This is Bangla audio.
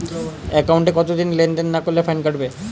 একাউন্টে কতদিন লেনদেন না করলে ফাইন কাটবে?